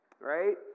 right